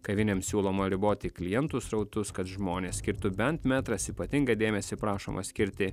kavinėms siūloma riboti klientų srautus kad žmonės skirtų bent metras ypatingą dėmesį prašoma skirti